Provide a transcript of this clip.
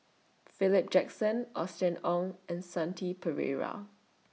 Philip Jackson Austen Ong and Shanti Pereira